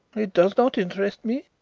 it does not interest me.